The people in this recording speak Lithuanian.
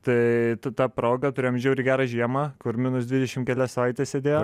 tai ta ta proga turėjom žiauriai gerą žiemą kur minus dvidešim kelias savaites sėdėjo